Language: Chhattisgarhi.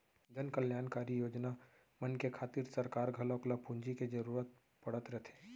जनकल्यानकारी योजना मन के खातिर सरकार घलौक ल पूंजी के जरूरत पड़त रथे